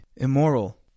immoral